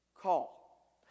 call